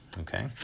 Okay